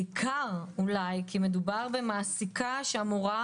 בעיקר אולי כי מדובר במעסיקה שאמורה